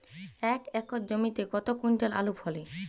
এক একর জমিতে কত কুইন্টাল আলু ফলে?